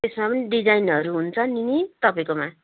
त्यसमा डिजाइनहरू हुन्छ नि तपाईँकोमा